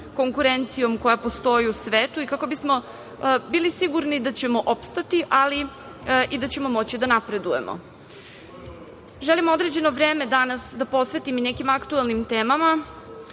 konkurencijom koja postoji u svetu kako bismo bili sigurni da ćemo opstati, ali i da ćemo moći da napredujemo. Želim ovo vreme danas da posvetim i nekim aktuelnim temama